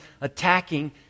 attacking